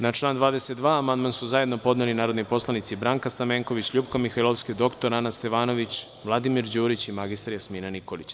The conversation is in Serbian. Na član 22. amandman su zajedno podneli su narodni poslanici Branka Stamenković, LJupka Mihajloviski, dr Ana Stevanović, Vladimir Đurić i mr Jasmina Nikolić.